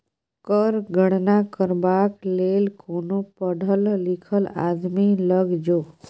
कर गणना करबाक लेल कोनो पढ़ल लिखल आदमी लग जो